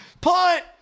Punt